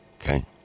Okay